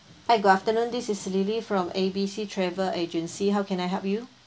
hi good afternoon this lily from A B C travel agency how can I help you